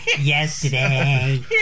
Yesterday